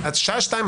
השעה שתיים,